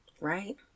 right